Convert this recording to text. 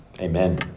Amen